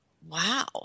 wow